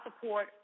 support